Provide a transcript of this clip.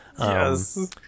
Yes